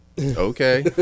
Okay